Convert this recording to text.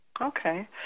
Okay